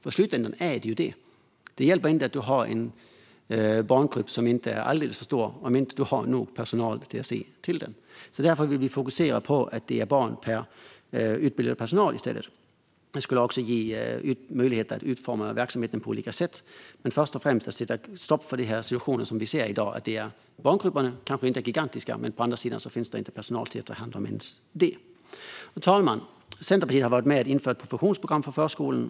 I slutändan är det ju det som är avgörande. Det hjälper inte att man har en barngrupp som inte är alldeles för stor om det inte finns nog med personal som ser till den. Därför vill vi i stället fokusera på antalet barn per utbildad personal. Det skulle också ge möjlighet att utforma verksamheten på olika sätt. Men först och främst vill vi sätta stopp för den situation vi ser i dag, där barngrupperna kanske inte är gigantiska men det å andra sidan inte finns personal till att ta hand ens om små grupper. Fru talman! Centerpartiet har varit med och infört ett professionsprogram för förskolan.